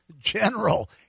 General